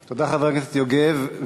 תודה, חבר הכנסת יוגב.